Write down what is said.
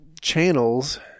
channels